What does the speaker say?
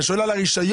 אני שואל על הרשיון.